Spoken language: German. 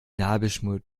nabelschnur